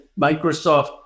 Microsoft